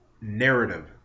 narrative